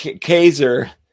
kaiser